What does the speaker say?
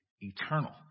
eternal